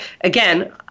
Again